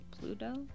Pluto